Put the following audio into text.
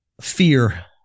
Fear